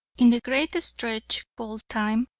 in the great stretch called time,